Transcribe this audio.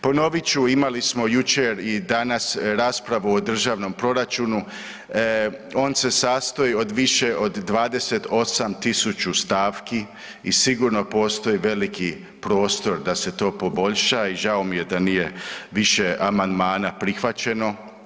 Ponovit ću, imali smo jučer i danas raspravu o državnom proračunu, on se sastoji od više od 28.000 stavki i sigurno postoji veliki prostor da se to poboljša i žao mi je da nije više amandmana prihvaćeno.